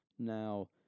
Now